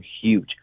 huge